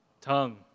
tongue